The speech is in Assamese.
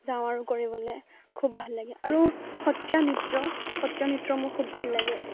যাওঁ আৰু কৰিবলৈ খুব ভাল লাগে আৰু সত্ৰীয়া নৃত্য সত্ৰীয়া নৃত্য মোৰ খুব ভাল লাগে